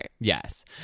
yes